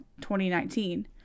2019